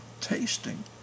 tasting